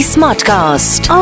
Smartcast